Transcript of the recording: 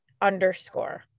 underscore